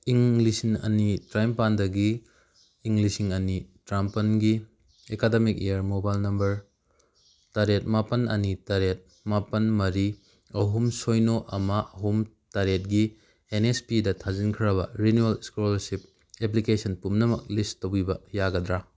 ꯏꯪ ꯂꯤꯁꯤꯡ ꯑꯅꯤ ꯇꯔꯥꯅꯤꯄꯥꯟꯗꯒꯤ ꯏꯪ ꯂꯤꯁꯤꯡ ꯑꯅꯤ ꯇ꯭ꯔꯥꯝꯄꯟꯒꯤ ꯑꯦꯀꯥꯗꯃꯤꯛ ꯏꯌꯥꯔ ꯃꯣꯕꯥꯏꯜ ꯅꯝꯕꯔ ꯇꯔꯦꯠ ꯃꯥꯄꯟ ꯑꯅꯤ ꯇꯔꯦꯠ ꯃꯥꯄꯟ ꯃꯔꯤ ꯑꯍꯨꯝ ꯁꯣꯏꯅꯣ ꯑꯃ ꯑꯍꯨꯝ ꯇꯔꯦꯠꯒꯤ ꯑꯦꯟ ꯅꯦꯁ ꯄꯤꯗ ꯊꯥꯖꯤꯟꯈ꯭ꯔꯕ ꯔꯦꯅꯨꯋꯦꯜ ꯏꯁꯀꯣꯂꯥꯔꯁꯤꯞ ꯑꯦꯄ꯭ꯂꯤꯀꯦꯁꯟ ꯄꯨꯝꯅꯃꯛ ꯂꯤꯁ ꯇꯧꯕꯤꯕ ꯌꯥꯒꯗ꯭ꯔꯥ